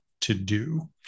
To-Do